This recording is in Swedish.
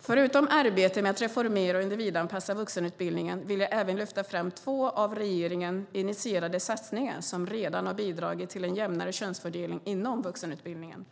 Förutom arbetet med att reformera och individanpassa vuxenutbildningen vill jag även lyfta fram två av regeringen initierade satsningar som redan har bidragit till en jämnare könsfördelning inom vuxenutbildningen.